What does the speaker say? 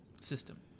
system